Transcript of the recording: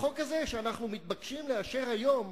בחוק הזה שאנחנו מתבקשים לאשר היום,